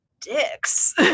dicks